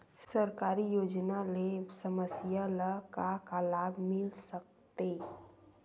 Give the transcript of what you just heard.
सरकारी योजना ले समस्या ल का का लाभ मिल सकते?